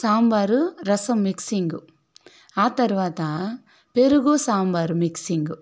సాంబారు రసం మిక్సింగు ఆ తర్వాత పెరుగు సాంబారు మిక్సింగు